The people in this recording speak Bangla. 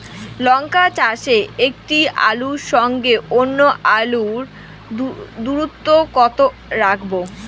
লঙ্কা চাষে একটি আলুর সঙ্গে অন্য আলুর দূরত্ব কত রাখবো?